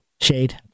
Shade